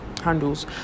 handles